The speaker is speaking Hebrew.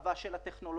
הרחבה של הטכנולוגיה,